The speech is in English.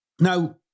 Now